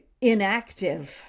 inactive